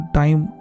time